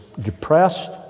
depressed